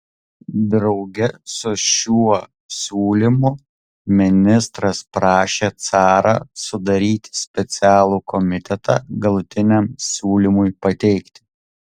drauge su šiuo siūlymu ministras prašė carą sudaryti specialų komitetą galutiniam siūlymui pateikti